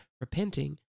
repenting